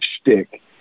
shtick